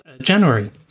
January